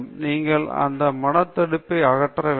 நீங்கள் அந்த மன தடுப்பை அகற்ற வேண்டும்